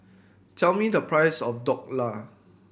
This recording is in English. tell me the price of Dhokla